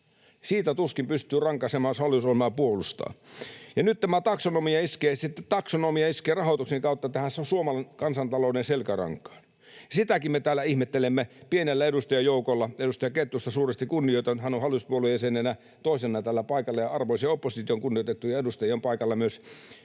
Siitä tuskin pystyy rankaisemaan, jos hallitusohjelmaa puolustaa. — Ja nyt tämä taksonomia iskee sitten rahoituksen kautta tähän Suomen kansantalouden selkärankaan. Sitäkin me täällä ihmettelemme pienellä edustajajoukolla. Edustaja Kettusta suuresti kunnioitan, hän on hallituspuolueen jäsenenä toisena täällä paikalla, ja arvoisan opposition kunnioitettuja edustajia on paikalla myös, siitä annan